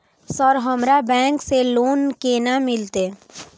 Sir हमरा bank से loan केना मिलते?